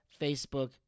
Facebook